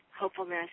hopefulness